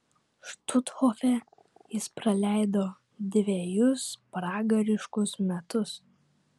štuthofe jis praleido dvejus pragariškus metus